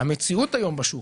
המציאות היום בשוק,